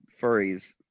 furries